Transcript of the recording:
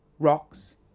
Rocks